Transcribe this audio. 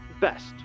best